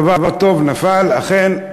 דבר טוב נפל, אכן,